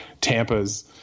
Tampa's